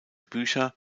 bücher